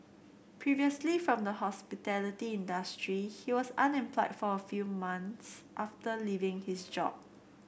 previously from the hospitality industry he was unemployed for a few months after leaving his job